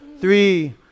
Three